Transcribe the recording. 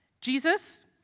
Jesus